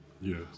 Yes